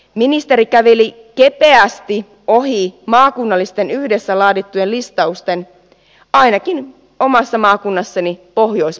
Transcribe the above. ministeri käveli kepeästi ohi maakunnallisten yhdessä laadittujen listausten ainakin omassa maakunnassani pohjois pohjanmaalla